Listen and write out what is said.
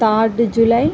third July